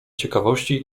ciekawości